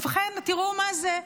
ובכן, תראו מה זה,